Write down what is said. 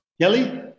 kelly